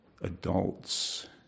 adults